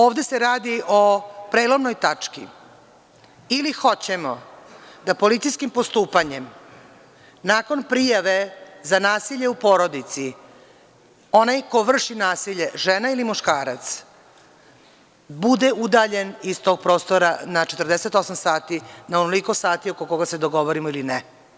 Ovde se radi o prelomnoj tački ili hoćemo da policijskim postupanjem nakon prijave za nasilje u porodici onaj ko vrši nasilje žena ili muškarac bude udaljen iz tog prostora na 48 sati, na onoliko sati oko koga se dogovorimo ili ne.